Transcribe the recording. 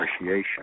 appreciation